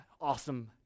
awesome